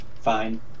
fine